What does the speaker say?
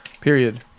Period